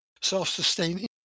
self-sustaining